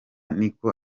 niko